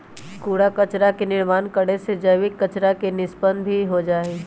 कूड़ा कचरा के निर्माण करे से जैविक कचरा के निष्पन्न भी हो जाहई